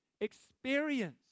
experience